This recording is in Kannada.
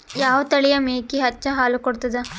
ಯಾವ ತಳಿಯ ಮೇಕಿ ಹೆಚ್ಚ ಹಾಲು ಕೊಡತದ?